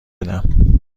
بدم